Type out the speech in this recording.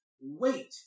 Wait